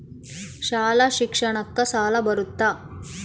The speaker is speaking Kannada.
ಶಾಲಾ ಶಿಕ್ಷಣಕ್ಕ ಸಾಲ ಬರುತ್ತಾ?